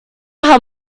how